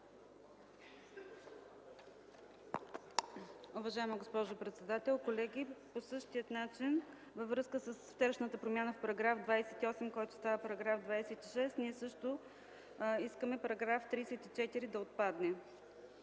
Уважаема госпожо председател, колеги! По същият начин във връзка с вчерашната промяна в § 28, който става § 26, ние също искаме § 34 да отпадне.